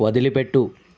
వదిలిపెట్టు